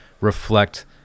reflect